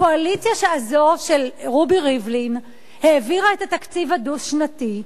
הקואליציה הזו של רובי ריבלין העבירה את התקציב הדו-שנתי,